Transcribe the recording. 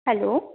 hello